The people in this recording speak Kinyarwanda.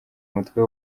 umutwe